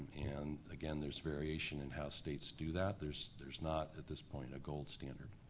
and again, there's variation in how states do that. there's there's not, at this point, a gold standard.